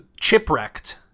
chipwrecked